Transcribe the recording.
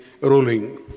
ruling